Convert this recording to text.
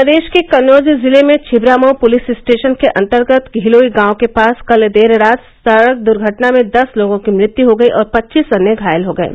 प्रदेश के कन्नौज जिले में छिबरामउ पुलिस स्टेशन के अंतर्गत धिलोई गांव के पास कल देर रात सड़क दुर्घटना में दस लोगों की मत्य हो गई और पच्चीस अन्य घायल हो गये